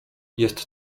jest